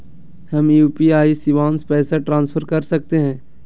हम यू.पी.आई शिवांश पैसा ट्रांसफर कर सकते हैं?